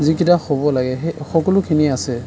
যিকেইটা হ'ব লাগে সেই সকলোখিনি আছে